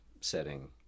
setting